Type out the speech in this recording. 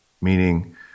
meaning